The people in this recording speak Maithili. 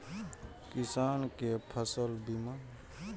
किसान कै फसल बीमा?